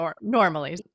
normally